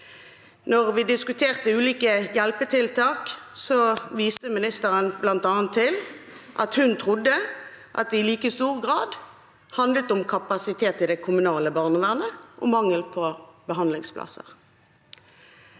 Da vi diskuterte ulike hjelpetiltak, viste ministeren bl.a. til at hun trodde det i like stor grad handlet om kapasitet i det kommunale barnevernet og mangelen på behandlingsplasser.